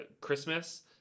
Christmas